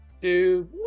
Dude